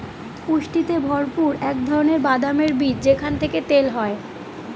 পুষ্টিতে ভরপুর এক ধরনের বাদামের বীজ যেখান থেকে তেল হয়